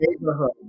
neighborhood